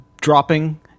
dropping